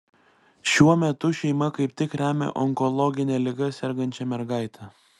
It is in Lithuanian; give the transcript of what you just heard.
šiuo metu šeima kaip tik remia onkologine liga sergančią mergaitę